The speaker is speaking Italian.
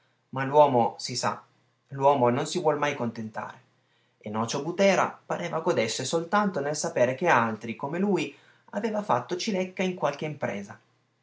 ma l'uomo si sa l'uomo non si vuol mai contentare e nocio butera pareva godesse soltanto nel sapere che altri come lui aveva fatto cilecca in qualche impresa